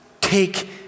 take